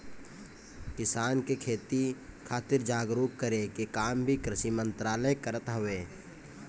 किसान के खेती खातिर जागरूक करे के काम भी कृषि मंत्रालय करत हवे